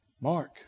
Mark